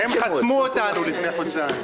הם חסמו אותנו לפני חודשיים.